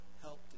help